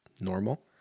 normal